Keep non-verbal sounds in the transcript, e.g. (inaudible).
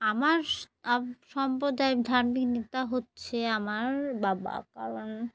আমার (unintelligible) সম্প্রদায়ের ধার্মিক নেতা হচ্ছে আমার বাবা কারণ